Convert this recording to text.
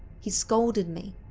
he scolded me,